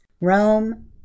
Rome